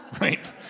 right